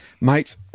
Mate